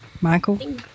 Michael